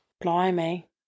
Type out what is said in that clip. Blimey